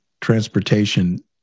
transportation